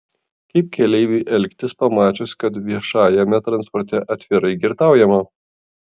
kaip keleiviui elgtis pamačius kad viešajame transporte atvirai girtaujama